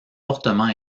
fortement